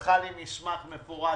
שלח לי מסמך מפורט.